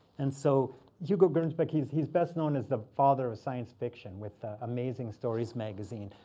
and so hugo gernsback, he's he's best known as the father of science fiction with amazing stories magazine.